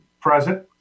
Present